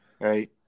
right